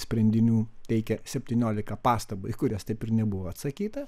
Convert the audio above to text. sprendinių teikė septyniolika pastabų į kurias taip ir nebuvo atsakyta